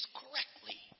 correctly